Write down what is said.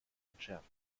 entschärft